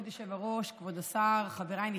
חברים,